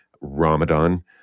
Ramadan